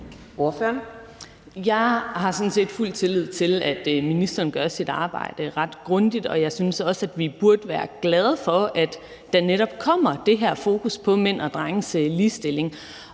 set fuld tillid til, at ministeren gør sit arbejde ret grundigt, og jeg synes også, at vi burde være glade for, at der netop kommer det her fokus på mænd og drenges ligestilling.